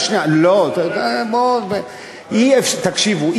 תקשיבו,